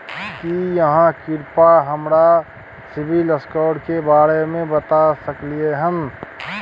की आहाँ कृपया हमरा सिबिल स्कोर के बारे में बता सकलियै हन?